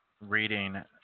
reading